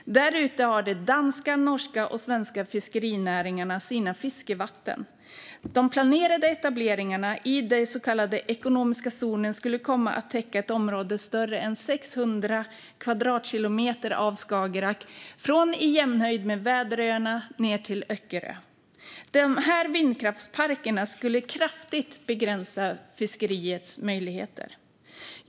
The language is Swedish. Där ute har de danska, norska och svenska fiskerinäringarna sina fiskevatten. De planerade etableringarna i den så kallade ekonomiska zonen skulle komma att täcka ett område av Skagerrak som är större än 600 kvadratkilometer, från i jämnhöjd med Väderöarna ned till Öckerö. Dessa vindkraftsparker skulle kraftigt begränsa fiskeriets möjligheter.